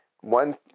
one